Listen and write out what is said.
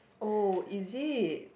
oh is it